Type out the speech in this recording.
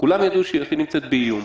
כולם ידעו שהיא הכי נמצאת באיום.